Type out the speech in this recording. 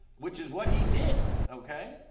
which is what he did. okay?